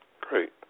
great